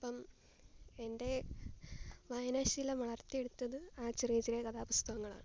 അപ്പം എന്റെ വായനാശീലം വളര്ത്തിയെടുത്തത് ആ ചെറിയ ചെറിയ കഥാപുസ്തകങ്ങളാണ്